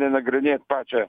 nenagrinėt pačią